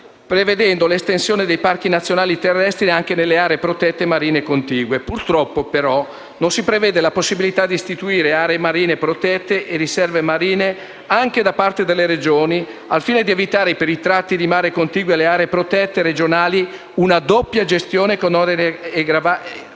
prevedendo l'estensione dei parchi nazionali terrestri anche nelle aree protette marine contigue. Purtroppo, però, non si prevede la possibilità di istituire aree marine protette e riserve marine anche da parte delle Regioni, al fine di evitare per i tratti di mare contigui alle aree protette regionali una doppia gestione con oneri a gravare